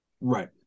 Right